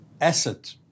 asset